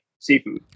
seafood